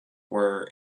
were